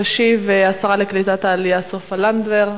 תשיב השרה לקליטת העלייה סופה לנדבר.